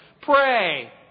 pray